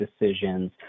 decisions